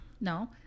No